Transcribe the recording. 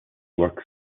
works